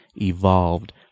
evolved